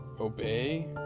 obey